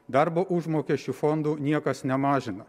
darbo užmokesčių fondų niekas nemažina